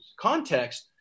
context